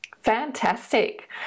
fantastic